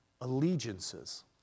Allegiances